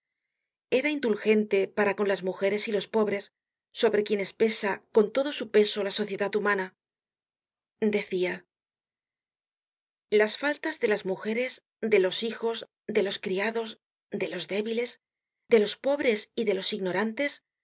era indulgente para con las mujeres y los pobres sobre quienes pesa con todo su peso la sociedad humana decia las faltas de las mujeres de los hijos de los criados de los débiles de los pobres y de los ignorantes son